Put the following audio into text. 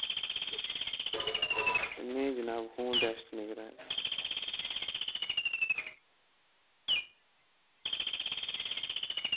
नेईं जनाब खून टेस्ट निं कराया